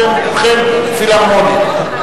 אתם, כולכם, פילהרמונית.